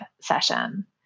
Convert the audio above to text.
session